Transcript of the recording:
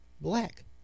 black